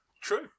true